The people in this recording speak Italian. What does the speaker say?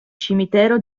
cimitero